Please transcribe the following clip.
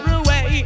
away